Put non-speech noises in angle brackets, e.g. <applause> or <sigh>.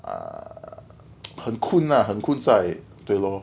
ah <noise> 很困 lah 很困 so I 对 lor